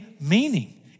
meaning